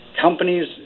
companies